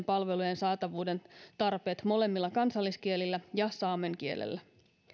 palvelujen saatavuuden tarpeet molemmilla kansalliskielillä ja saamen kielellä